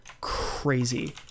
crazy